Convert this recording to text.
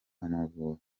amavubi